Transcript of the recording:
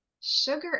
sugar